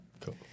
Cool